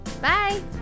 bye